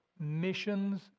missions